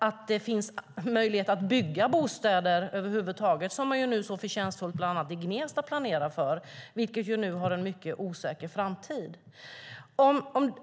Det måste finnas möjlighet att bygga bostäder över huvud taget, vilket man nu mycket förtjänstfullt planerar att göra bland annat i Gnesta. Men nu är framtiden för detta mycket osäker.